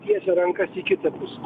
tiesia rankas į kitą pusę